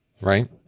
right